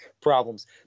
problems